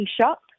shop